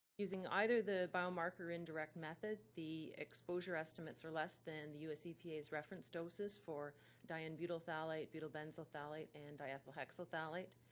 using either the biomarker indirect method, the exposure estimates are less than the us epa's reference doses for di-n-butyl phthalate, butyl benzyl phthalate, and diethylhexyl phthalate.